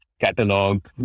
catalog